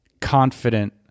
confident